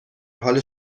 حال